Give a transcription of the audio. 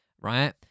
right